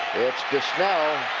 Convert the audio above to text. it's to snell.